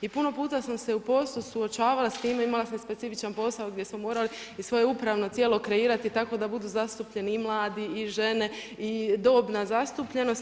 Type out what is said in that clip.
I puno puta sam se u poslu suočavala s time, imala sam i specifičan posao gdje smo morali i svoje upravno tijelo kreirati tako da budu zastupljeni i mladi i žene i dobna zastupljenost.